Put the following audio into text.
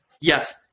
Yes